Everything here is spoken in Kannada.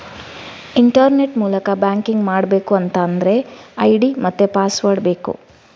ಇಂಟರ್ನೆಟ್ ಮೂಲಕ ಬ್ಯಾಂಕಿಂಗ್ ಮಾಡ್ಬೇಕು ಅಂತಾದ್ರೆ ಐಡಿ ಮತ್ತೆ ಪಾಸ್ವರ್ಡ್ ಬೇಕು